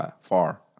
far